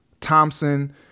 thompson